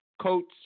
coats